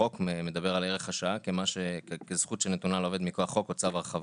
החוק מדבר על ערך השעה כזכות שנתונה לעובד מכוח חוק אוצר הרחבה.